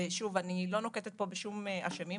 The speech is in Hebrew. ושוב אני לא נוקבת פה בשום אשמים,